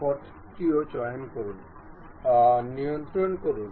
সুতরাং এখন এটি সরানো হয় এবং এটি স্থির করা হয়